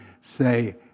say